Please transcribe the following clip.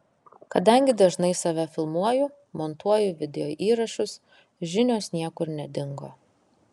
kadangi dažnai save filmuoju montuoju videoįrašus žinios niekur nedingo